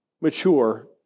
mature